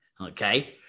okay